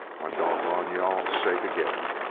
why, dog-gone you-all, shake again.